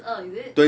二十二 is it